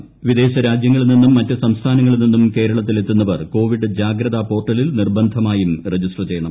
സിദ്ദ്ൾ രാജ്യങ്ങളിൽ നിന്നും മറ്റു സംസ്ഥാനങ്ങളിൽ ്നിന്നും കേരള്ളത്തിൽ എത്തുന്നവർ കോവിഡ് ജാഗ്രത പോർട്ടലിൽ നിർബസ്ക്മായും രജിസ്റ്റർ ചെയ്യണം